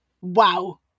Wow